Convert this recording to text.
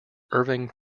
irving